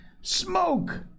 Smoke